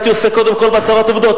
הייתי עוסק קודם כול בהצהרת עובדות,